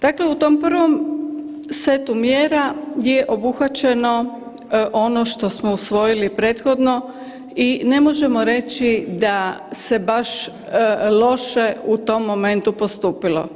Dakle, u tom prvom setu mjera je obuhvaćeno ono što smo usvojili prethodno i ne možemo reći da se baš loše u tom momentu postupilo.